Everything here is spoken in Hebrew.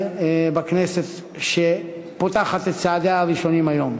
בכנסת שעושה את צעדיה הראשונים היום.